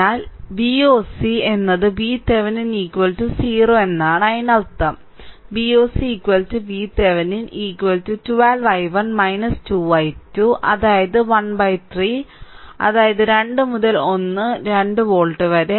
അതിനാൽ Voc Voc എന്നത് VThevenin 0 എന്നാണ് അതിനർത്ഥം Voc VThevenin 12 i1 2 i2 അതായത് 13 അതായത് 2 മുതൽ 1 2 വോൾട്ട് വരെ